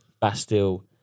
Bastille